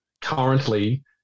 currently